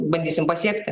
bandysim pasiekti